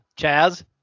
Chaz